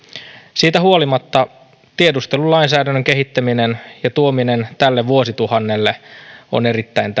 siitä huolimatta tiedustelulainsäädännön kehittäminen ja tuominen tälle vuosituhannelle on erittäin